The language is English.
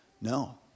No